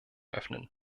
öffnen